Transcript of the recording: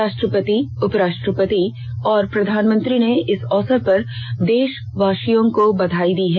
राष्ट्रपति उपराष्ट्रपति और प्रधानमंत्री ने इस अवसर पर देशवासियों को बधाई दी है